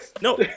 no